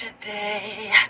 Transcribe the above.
today